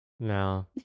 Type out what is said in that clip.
No